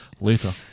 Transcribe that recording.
Later